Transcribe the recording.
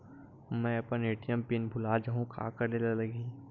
मैं अपन ATM PIN भुला जहु का करे ला लगही?